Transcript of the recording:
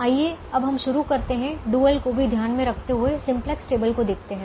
आइए अब हम शुरू करते हैं डुअल को भी ध्यान में रखते हुए सिम्प्लेक्स टेबल को देखते हैं